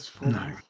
No